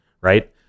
right